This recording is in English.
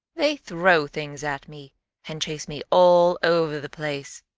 they throw things at me and chase me all over the place.